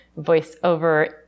voiceover